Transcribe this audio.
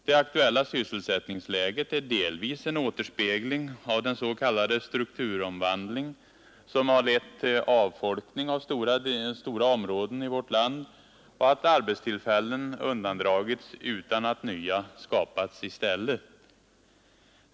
Det aktuella sysselsättningsläget är delvis en återspegling av den s.k. strukturomvandling som har lett till att stora områden i vårt land avfolkas och att arbetstillfällen har undandragits utan att nya skapats i stället.